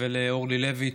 ולאורלי לוי.